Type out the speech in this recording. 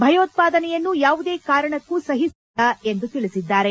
ಭಯೋತ್ಪಾದನೆಯನ್ನು ಯಾವುದೇ ಕಾರಣಕ್ಕೂ ಸಹಿಸಲು ಸಾಧ್ಯವಿಲ್ಲ ಎಂದು ತಿಳಿಸಿದ್ದಾರೆ